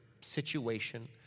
situation